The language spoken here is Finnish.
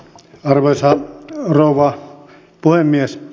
arvoisa rouva puhemies